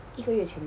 一个月前吧